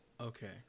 Okay